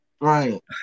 Right